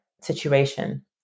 situation